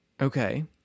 okay